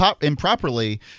improperly